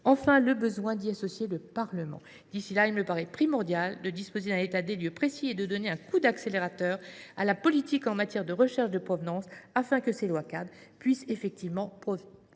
enfin, le besoin d’y associer le Parlement. D’ici là, il me paraît primordial de disposer d’un état des lieux précis et de donner un coup d’accélérateur à la politique en matière de recherche de provenance, afin que ces lois cadres puissent effectivement